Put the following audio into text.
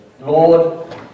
Lord